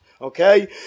Okay